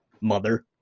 mother